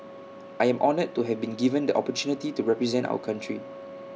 I am honoured to have been given the opportunity to represent our country